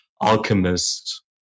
Alchemist